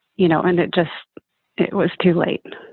you know, and it just it was too late